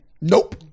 Nope